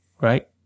right